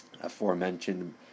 aforementioned